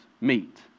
meet